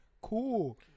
cool